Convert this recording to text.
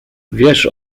wiesz